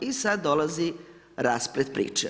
I sada dolazi rasplet priče.